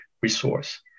resource